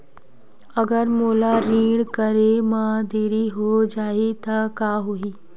अगर मोला ऋण करे म देरी हो जाहि त का होही?